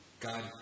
God